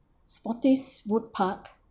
spottiswoode park